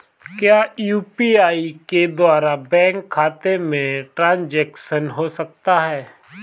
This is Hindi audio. क्या यू.पी.आई के द्वारा बैंक खाते में ट्रैन्ज़ैक्शन हो सकता है?